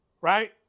right